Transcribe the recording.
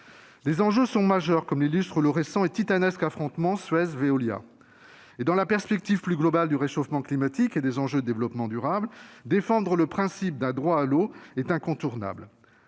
Les enjeux sont majeurs, comme l'illustre le récent et titanesque affrontement Suez-Veolia. Dans la perspective plus globale du réchauffement climatique et des enjeux de développement durable, défendre le principe d'un droit à l'eau est incontournable.